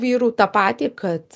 vyrų tą patį kad